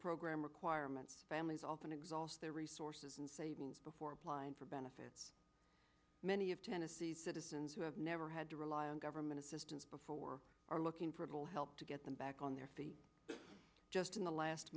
program requirements families often exhaust their resources before applying for benefits many of tennessee citizens who have never had to government assistance before are looking for a little help to get them back on their feet just in the last